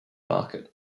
market